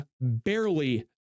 barely